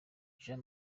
jean